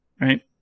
right